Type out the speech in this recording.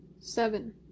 seven